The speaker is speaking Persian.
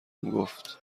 گفت